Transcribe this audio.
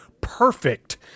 perfect